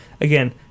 again